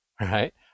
right